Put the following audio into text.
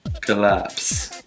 Collapse